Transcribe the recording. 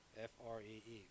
F-R-E-E